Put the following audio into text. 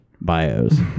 bios